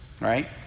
right